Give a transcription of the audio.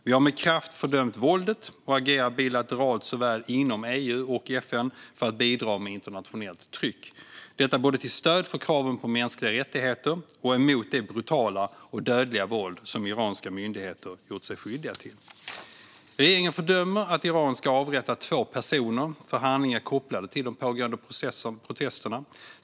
Vi har med kraft fördömt våldet och agerar bilateralt såväl som inom EU och FN för att bidra med internationellt tryck, detta både till stöd för kraven på mänskliga rättigheter och emot det brutala och dödliga våld som iranska myndigheter gjort sig skyldiga till. Regeringen fördömer att Iran ska ha avrättat två personer för handlingar kopplade till de pågående protesterna.